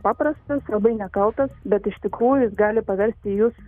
paprastas labai nekaltas bet iš tikrųjų jis gali paversti jus